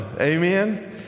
amen